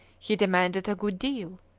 he demanded a good deal.